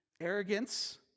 arrogance